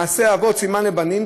"מעשה אבות סימן לבנים",